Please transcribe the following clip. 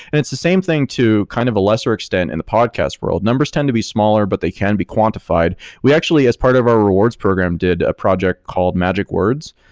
and it's the same thing to kind of a lesser extent in the podcast world. numbers tend to be smaller, but they can be quantified. we actually, as part of our rewards program, did a project called magic words,